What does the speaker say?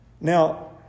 Now